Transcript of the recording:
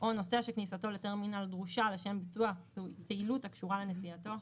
או נוסע שכניסתו לטרמינל דרושה לשם ביצוע פעילות הקשורה לנסיעתו,